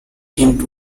him